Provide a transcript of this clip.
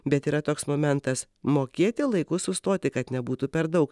bet yra toks momentas mokėti laiku sustoti kad nebūtų per daug